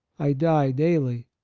i die daily,